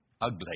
ugly